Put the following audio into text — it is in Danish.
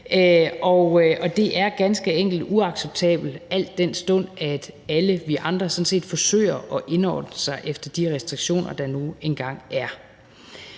og det er ganske enkelt uacceptabelt, al den stund at alle vi andre sådan set forsøger at indordne os efter de restriktioner, der nu engang er.